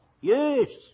Yes